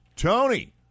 Tony